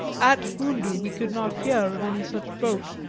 at fundu we could not hear of any such boat,